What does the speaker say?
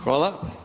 Hvala.